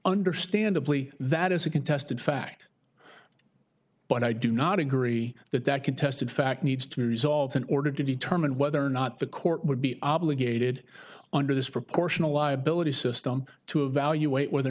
understandably that is a contested fact but i do not agree that that contested fact needs to be resolved in order to determine whether or not the court would be obligated under this proportional liability system to evaluate whether